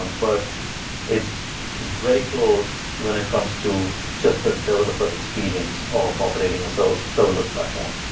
um but it's very close when it comes to just the developer experience of operating a so serverless platform.